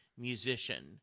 musician